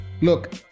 Look